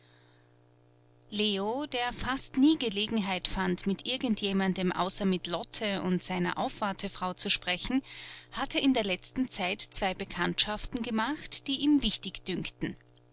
leo der fast nie gelegenheit fand mit irgend jemandem außer mit lotte und seiner aufwartefrau zu sprechen hatte in der letzten zeit zwei bekanntschaften gemacht die ihm wichtig dünkten